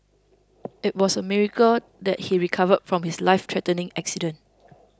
it was a miracle that he recovered from his lifethreatening accident